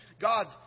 God